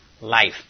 life